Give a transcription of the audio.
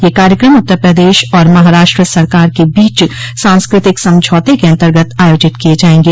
यह कार्यकम उत्तर प्रदेश और महाराष्ट्र सरकार के बीच सांस्कृतिक समझौते के अन्तर्गत आयोजित किये जायेंगे